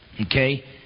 Okay